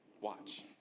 Watch